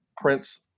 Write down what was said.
Prince